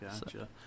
Gotcha